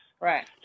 Right